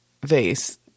vase